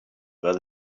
were